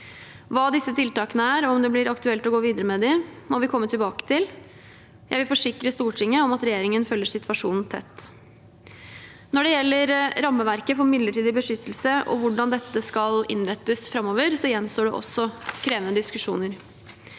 Hva disse tiltakene er og om det blir aktuelt å gå videre med dem, må vi komme tilbake til. Jeg vil forsikre Stortinget om at regjeringen følger situasjonen tett. Når det gjelder rammeverket for midlertidig beskyttelse, og hvordan dette skal innrettes framover, gjenstår det også krevende diskusjoner.